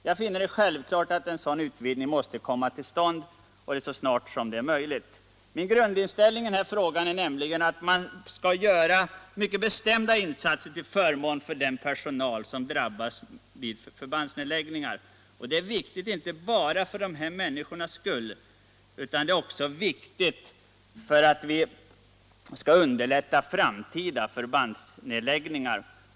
Jag finner det självklart att en sådan utvidgning måste komma till stånd, och det så snart som möjligt. Min grundinställning i den här frågan är nämligen att man bör göra bestämda insatser till förmån för den personal som drabbas vid förbandsnedläggningar. Det är viktigt inte bara för dessa människors skull utan också för att underlätta framtida förbandsnedläggningar.